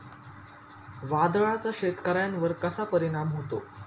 वादळाचा शेतकऱ्यांवर कसा परिणाम होतो?